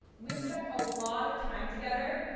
we've spent a lot of time together,